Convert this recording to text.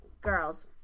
Girls